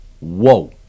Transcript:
Whoa